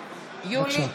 בבקשה.